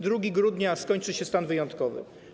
2 grudnia skończy się stan wyjątkowy.